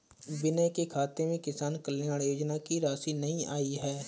विनय के खाते में किसान कल्याण योजना की राशि नहीं आई है